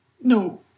No